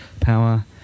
Power